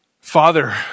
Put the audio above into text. Father